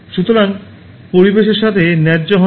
সুতরাং পরিবেশের সাথে ন্যায্য হন